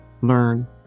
learn